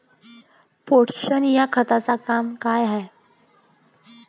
Potash या खताचं काम का हाय?